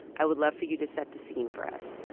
i would love for you to set the scene for us